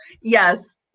Yes